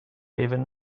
even